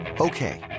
Okay